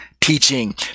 teaching